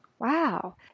Wow